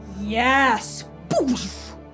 Yes